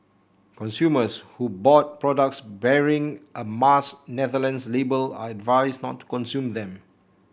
consumers who bought products bearing a Mars Netherlands label are advised not to consume them